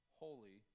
holy